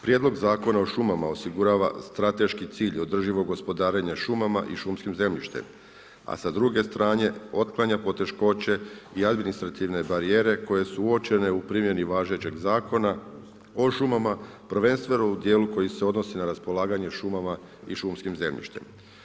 Prijedlog Zakona o šumama osigurava strateški cilj održivog gospodarenja šumama i šumskim zemljištem a sa druge strane otklanja poteškoće i administrativne barijere koje su uočene primjeni važećeg Zakona o šumama prvenstveno u djelu koji se odnosi na raspolaganje šumama i šumskim zemljištem.